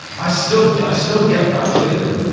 i still get still get that feeling,